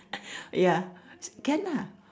ya can ah